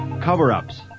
cover-ups